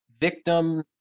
victim